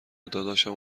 داداشم